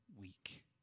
week